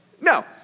no